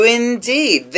indeed